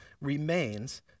remains